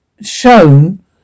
shown